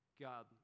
God